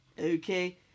okay